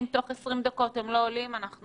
אם